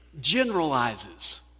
generalizes